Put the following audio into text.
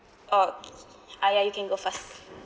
oh ah ya you can go first